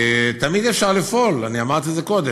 תמיד אפשר לפעול, אני אמרתי את זה קודם.